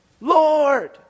Lord